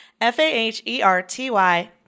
F-A-H-E-R-T-Y